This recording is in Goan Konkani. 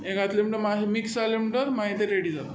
हे घातले म्हणटकच मिक्स जालें म्हणटा मागीर तें रेडी जालां